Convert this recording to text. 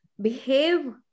behave